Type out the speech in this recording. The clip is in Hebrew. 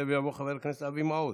יעלה ויבוא חבר הכנסת אבי מעוז,